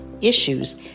issues